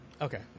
Okay